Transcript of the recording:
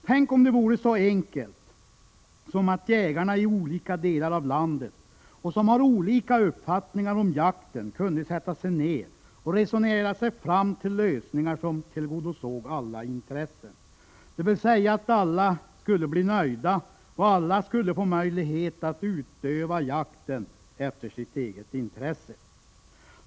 Tänk om det vore så enkelt att jägarna i olika delar av landet som har olika uppfattningar om jakten kunde sätta sig ner och resonera sig fram till lösningar som tillgodosåg alla intressen, så att alla kunde bli nöjda och alla kunde få möjlighet att utöva jakt efter sitt eget intresse!